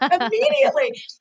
Immediately